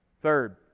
Third